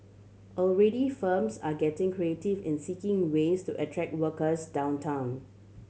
already firms are getting creative in seeking ways to attract workers downtown